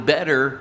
Better